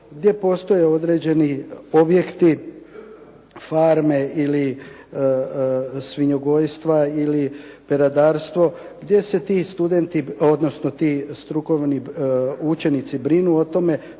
gdje postoje određeni objekti, farme ili svinjogojstva ili peradarstvo gdje se ti studenti, odnosno ti strukovni učenici brinu o tome